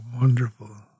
wonderful